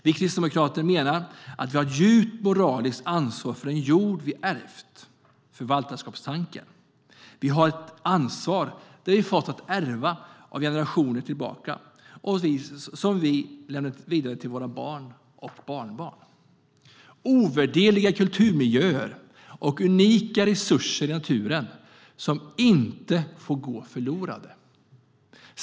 Vi kristdemokrater menar att vi har ett djupt moraliskt ansvar för den jord vi ärvt, det vill säga förvaltarskapstanken. Vi har ett ansvar som vi har ärvt av generationer tillbaka, och vi lämnar ansvaret vidare till våra barn och barnbarn. Ovärderliga kulturmiljöer och unika resurser i naturen får inte gå förlorade.